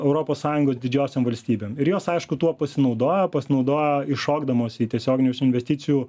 europos sąjungos didžiosiom valstybėm ir jos aišku tuo pasinaudojo pasinaudojo iššokdamos į tiesioginius investicijų